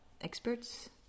experts